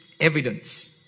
evidence